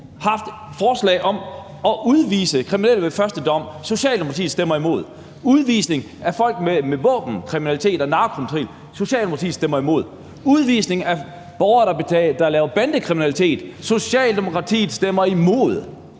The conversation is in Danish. uge haft et forslag om at udvise kriminelle ved første dom. Socialdemokratiet stemmer imod. Udvisning af folk med våbenkriminalitet og narkokriminalitet. Socialdemokratiet stemmer imod. Udvisning af borgere, der laver bandekriminalitet. Socialdemokratiet stemmer imod.